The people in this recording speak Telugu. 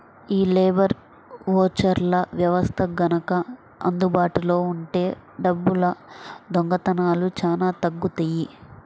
యీ లేబర్ ఓచర్ల వ్యవస్థ గనక అందుబాటులో ఉంటే డబ్బుల దొంగతనాలు చానా తగ్గుతియ్యి